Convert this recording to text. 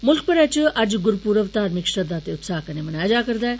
मुल्ख भरै च अज्ज गुरुपूर्व धार्मिक श्रद्धा ते उत्साह कन्नै मनाया जारदा ऐ